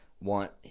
want